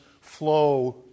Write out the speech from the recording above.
flow